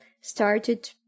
started